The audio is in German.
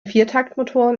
viertaktmotoren